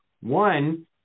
One